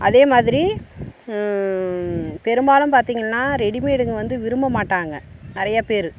அதே மாதிரி பெரும்பாலும் பார்த்திங்கள்னா ரெடிமேடுங்க வந்து விரும்ப மாட்டாங்க நிறைய பேர்